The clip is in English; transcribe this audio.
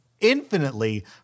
infinitely